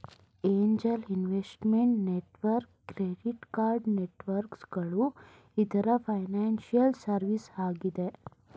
angel investment network, credit card networks ಗಳು ಇತರ financial service ಆಗಿದೆ